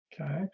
Okay